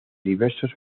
diversos